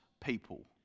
people